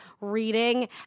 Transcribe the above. reading